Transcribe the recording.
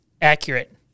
accurate